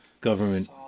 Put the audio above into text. government